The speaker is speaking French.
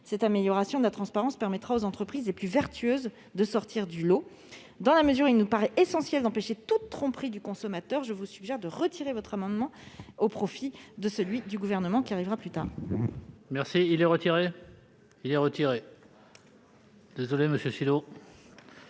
Cette amélioration de la transparence permettra aux entreprises les plus vertueuses de sortir du lot. Dans la mesure où il nous paraît essentiel d'empêcher toute tromperie du consommateur, je vous suggère de retirer votre amendement au profit de celui du Gouvernement que nous examinerons dans quelques instants. Madame Joseph,